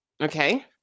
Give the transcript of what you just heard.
Okay